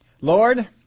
Lord